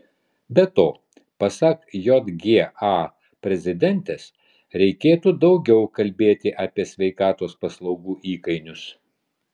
be to pasak jga prezidentės reikėtų daugiau kalbėti apie sveikatos paslaugų įkainius